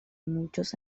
muchos